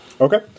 Okay